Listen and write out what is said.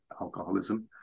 alcoholism